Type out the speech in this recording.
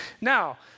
Now